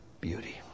beauty